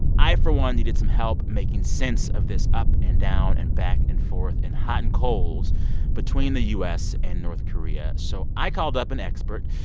i, for one, needed some help making sense of this up and down and back and forth and hot and cold between the u s. and north korea, so i called up an expert.